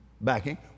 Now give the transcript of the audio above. backing